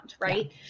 right